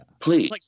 Please